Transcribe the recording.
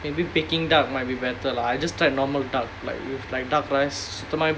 maybe peking duck might be better lah I just tried normal duck like with like dark சுத்தமாவே:suthamaavae